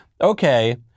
okay